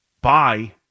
Bye